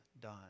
done